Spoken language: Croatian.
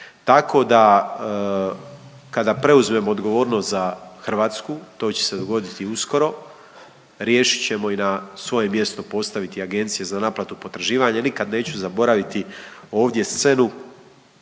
Tako da kada preuzmemo odgovornost za Hrvatsku to će se dogoditi uskoro riješit ćemo i na svoje mjesto postaviti agencije za naplatu potraživanja. Nikad neću zaboraviti ovdje scenu,